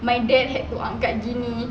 my dad had to angkat gini